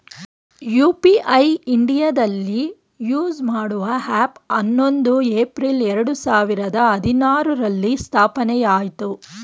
UPI ಇಂಡಿಯಾದಲ್ಲಿ use ಮಾಡುವ ಹ್ಯಾಪ್ ಹನ್ನೊಂದು ಏಪ್ರಿಲ್ ಎರಡು ಸಾವಿರದ ಹದಿನಾರುರಲ್ಲಿ ಸ್ಥಾಪನೆಆಯಿತು